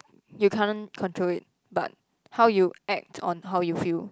you can't control it but how you act on how you feel